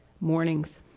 Mornings